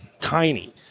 tiny